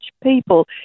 people